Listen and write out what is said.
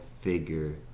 figure